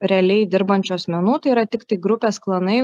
realiai dirbančių asmenų tai yra tiktai grupės klanai